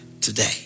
today